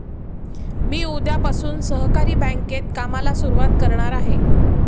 मी उद्यापासून सहकारी बँकेत कामाला सुरुवात करणार आहे